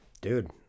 dude